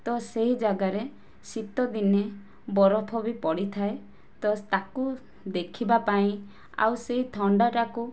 ତ ସେହି ଜାଗାରେ ଶୀତ ଦିନେ ବରଫ ବି ପଡ଼ିଥାଏ ତ ତାକୁ ଦେଖିବାପାଇଁ ଆଉ ସେହି ଥଣ୍ଡାଟାକୁ